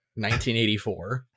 1984